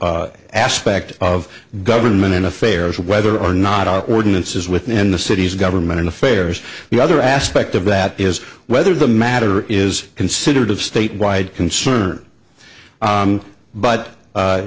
aspect of government in affairs whether or not ordinances within the city's government affairs the other aspect of that is whether the matter is considered of state wide concern but